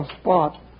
spot